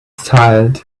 tired